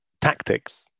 tactics